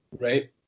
right